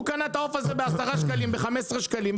הוא קנה את העוף הזה ב-10 שקלים, ב-15 שקלים.